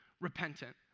repentant